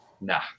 nah